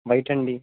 white అండి